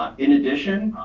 um in addition,